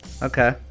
Okay